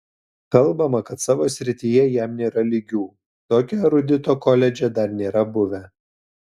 kalbama kad savo srityje jam nėra lygių tokio erudito koledže dar nėra buvę